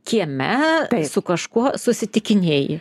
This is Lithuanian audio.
kieme su kažkuo susitikinėji